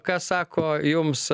ką sako jums